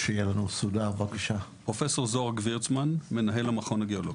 תודה, פרופ' זהר גבריצמן, מנהל המכון הגיאולוגי.